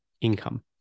income